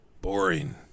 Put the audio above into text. boring